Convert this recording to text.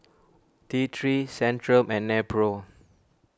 T three Centrum and Nepro